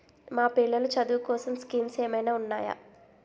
మా పిల్లలు చదువు కోసం స్కీమ్స్ ఏమైనా ఉన్నాయా?